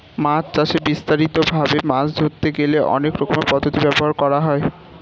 মাছ চাষে বিস্তারিত ভাবে মাছ ধরতে গেলে অনেক রকমের পদ্ধতি ব্যবহার করা হয়